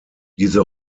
diese